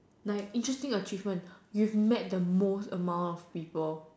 like interesting achievement you've met the most amount of people